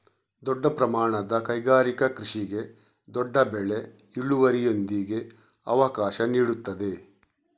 ದೊಡ್ಡ ಪ್ರಮಾಣದ ಕೈಗಾರಿಕಾ ಕೃಷಿಗೆ ದೊಡ್ಡ ಬೆಳೆ ಇಳುವರಿಯೊಂದಿಗೆ ಅವಕಾಶ ನೀಡುತ್ತದೆ